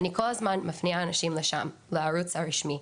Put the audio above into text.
אני כל הזמן מפנה אנשים לערוץ הרשמי,